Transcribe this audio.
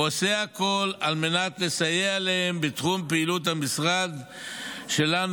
ועושה הכול על מנת לסייע להם בתחום פעילות המשרד שלנו,